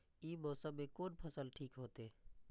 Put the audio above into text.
ई मौसम में कोन फसल ठीक होते?